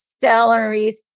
celery